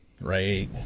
Right